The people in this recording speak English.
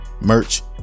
merch